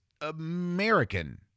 American